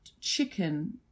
chicken